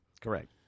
correct